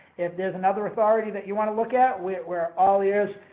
if there's another authority that you want to look at, we're we're all ears,